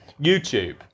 YouTube